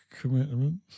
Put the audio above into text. commitments